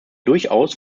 durchaus